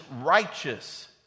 righteous